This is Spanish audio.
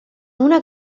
una